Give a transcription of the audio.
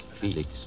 Felix